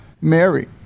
Mary